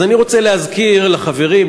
אז אני רוצה להזכיר לחברים,